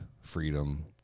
freedom